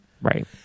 Right